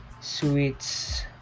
sweets